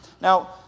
Now